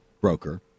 broker